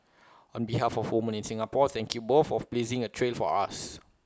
on behalf of women in Singapore thank you both for blazing A trail for us